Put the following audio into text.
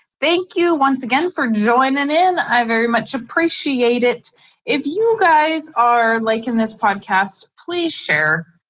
thank you, once again, for joining in, i very much, appreciate it if you guys are like in this podcast, please share.